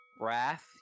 Wrath